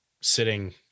sitting